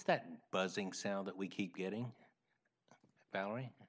that buzzing sound that we keep getting val